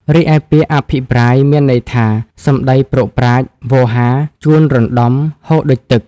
រីឯពាក្យ អភិប្រាយមានន័យថា សំដីព្រោកប្រាជ្ញ វោហារ ជួនរណ្ដំ ហូរដូចទឹក។